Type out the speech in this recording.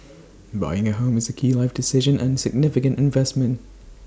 buying A home is A key life decision and significant investment